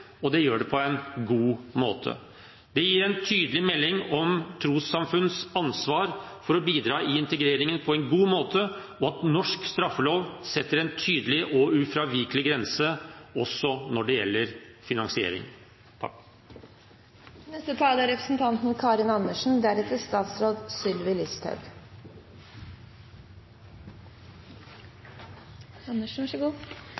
og det gjør det på en god måte. Det gir en tydelig melding om trossamfunns ansvar for å bidra i integreringen på en god måte, og at norsk straffelov setter en tydelig og ufravikelig grense også når det gjelder finansiering. Nei, det forslaget fanger ikke opp noe av det mest problematiske, nemlig undertrykking av barn og kvinner, som også er